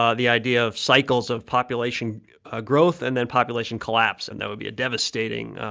ah the idea of cycles of population ah growth and then population collapse and that would be a devastating,